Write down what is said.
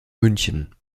münchen